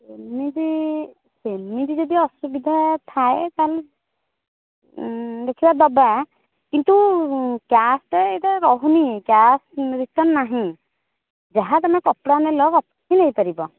ଏମିତି ସେମିତି ଯଦି ଅସୁବିଧା ଥାଏ ତାହାଲେ ଦେଖିଆ ଦେବା କିନ୍ତୁ କ୍ୟାସ ଏଇଟା ରହୁନି କ୍ୟାସ ରିଟର୍ନ ନାହିଁ ଯାହା ତୁମେ କପଡ଼ା ନେଲ ତାକୁ ନେଇପାରିବ